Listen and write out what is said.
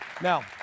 Now